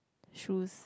shoes